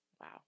Wow